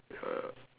uh